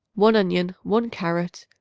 one onion, one carrot,